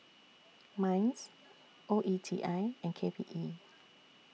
Minds O E T I and K P E